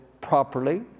properly